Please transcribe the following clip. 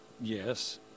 Yes